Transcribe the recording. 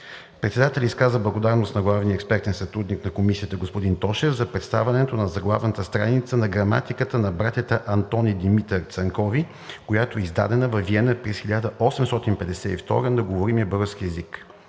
Председателят изказа благодарност на главния експертен сътрудник на Комисията господин Тошев за предоставянето на заглавната страница на Граматиката на братя Антон и Димитър Цанкови, която е издадена във Виена през 1852 г. на говоримия български език.